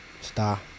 star